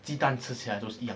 鸡蛋吃起来都是一样